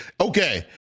Okay